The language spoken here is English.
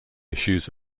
issues